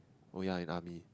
oh ya in army